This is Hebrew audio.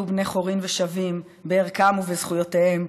בני חורין ושווים בערכם ובזכויותיהם,